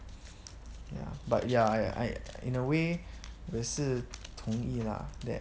ya but ya I I in a way 也是同意 lah that